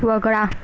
वगळा